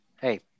Hey